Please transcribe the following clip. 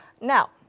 now